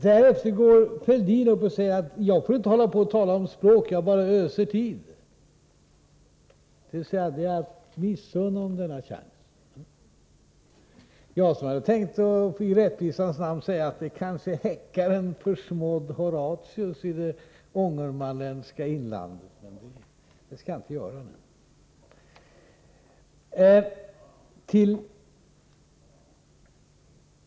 Därefter går Fälldin upp och säger att jag inte får hålla på och tala om språk, jag bara ödar tid — dvs. han missunnar honom denna chans. Jag som hade tänkt att i rättvisans namn säga att det kanske häckar en försmådd Horatius i det ångermanländska inlandet — men det skall jag inte göra nu.